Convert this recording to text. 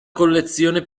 collezione